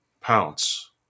pounce